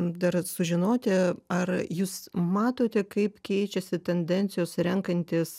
dar sužinoti ar jūs matote kaip keičiasi tendencijos renkantis